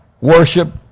worship